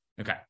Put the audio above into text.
Okay